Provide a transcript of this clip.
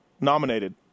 nominated